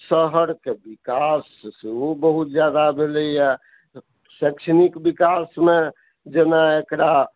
शहरके विकाशन सेहो बहुत जादा भेलैए शैक्षणिक विकाशमे जेना एकरा